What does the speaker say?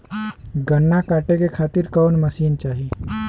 गन्ना कांटेके खातीर कवन मशीन चाही?